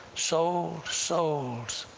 so souls!